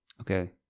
Okay